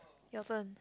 Nelson